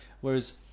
whereas